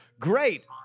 Great